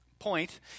Point